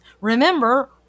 remember